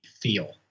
feel